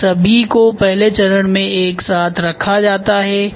इन सभी को पहले चरण में एक साथ रखा जाता है